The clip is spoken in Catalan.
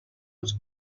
als